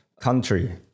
country